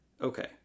okay